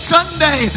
Sunday